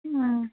ꯎꯝ